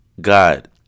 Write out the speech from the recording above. God